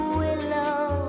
willow